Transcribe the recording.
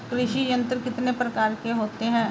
कृषि यंत्र कितने प्रकार के होते हैं?